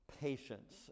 patience